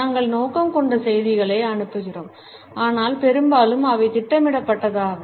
நாங்கள் நோக்கம் கொண்ட செய்திகளை அனுப்புகிறோம் ஆனால் பெரும்பாலும் அவை திட்டமிடப்படாதவை